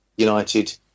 United